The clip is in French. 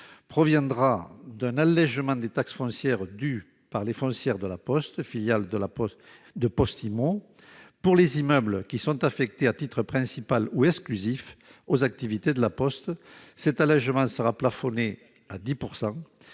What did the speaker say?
proviendra d'un allégement des taxes foncières dues par les foncières de La Poste, filiales de Poste Immo, pour les immeubles qui sont affectés à titre principal ou exclusif aux activités de La Poste. Cet allégement sera plafonné à 10